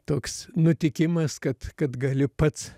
toks nutikimas kad kad gali pats